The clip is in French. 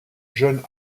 jeune